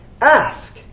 Ask